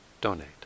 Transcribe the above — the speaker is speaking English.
donate